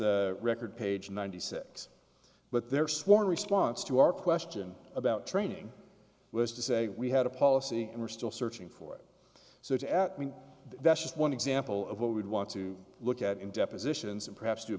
a record page ninety six but there are sworn response to our question about training was to say we had a policy and we're still searching for it so to at me that's just one example of what we'd want to look at in depositions and perhaps